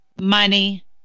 money